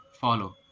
Follow